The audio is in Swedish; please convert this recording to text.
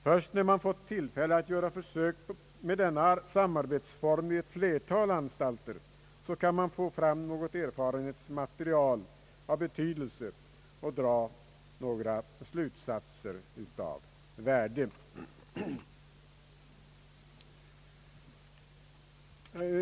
Först när man fått tillfälle att göra försök med denna samarbetsform vid ett flertal anstalter kan man få fram erfarenhetsmaterial av betydelse och dra några slutsatser av värde.